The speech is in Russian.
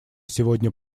сегодня